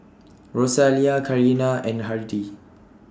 Rosalia Karina and Hardie